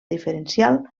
diferencial